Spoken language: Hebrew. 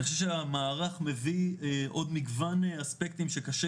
אני חושב שהמערך מביא עוד מגוון אספקטים שקשה,